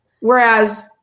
whereas